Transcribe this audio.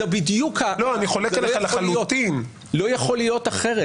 לא יכול להיות אחרת,